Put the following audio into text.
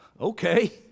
Okay